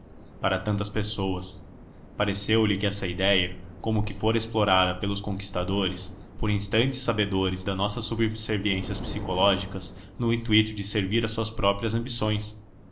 para tantas pessoas pareceu-lhe que essa idéia como que fora explorada pelos conquistadores por instantes sabedores das nossas subserviências psicológicas no intuito de servir às suas próprias ambições